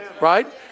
right